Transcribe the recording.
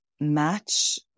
match